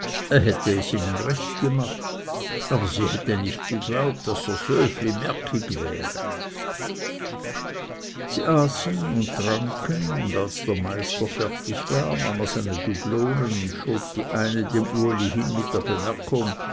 hätte es ihnen recht gemacht aber sie hätte nicht geglaubt daß er sövli merkig wäre sie aßen und tranken und als der meister fertig war nahm er seine dublonen und schob die eine dem uli hin mit der bemerkung